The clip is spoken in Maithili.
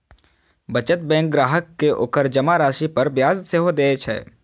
बचत बैंक ग्राहक कें ओकर जमा राशि पर ब्याज सेहो दए छै